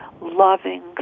loving